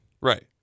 Right